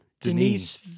Denise